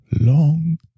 long